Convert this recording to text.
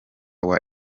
uwa